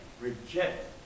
reject